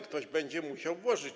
Ktoś będzie musiał łożyć.